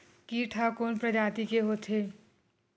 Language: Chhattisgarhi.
कीट ह कोन प्रजाति के होथे?